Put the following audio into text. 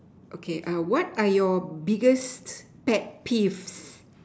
okay err what are your biggest pet peeve